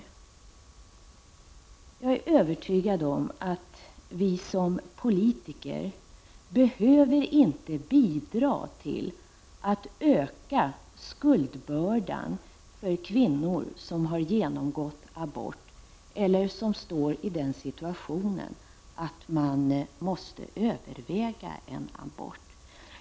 Det finns ingen anledning till att vi politiker skall bidra till att öka skuldbördan hos kvinnor som har genomgått abort eller som befinner sig i den situationen att de måste överväga en abort.